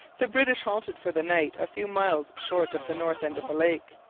the british halted for the night a few miles short of the north end of the lake.